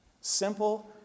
Simple